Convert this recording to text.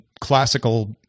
classical